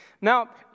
now